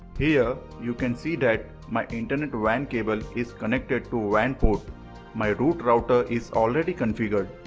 here you can see that my internet wan cable is connected to wan port my root router is already configured.